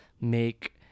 make